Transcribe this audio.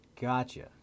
gotcha